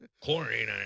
chlorine